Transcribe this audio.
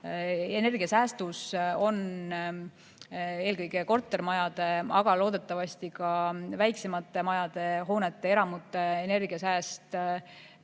Energiasäästus on eelkõige kortermajade, aga loodetavasti ka väiksemate majade, hoonete, eramute energiasääst tänu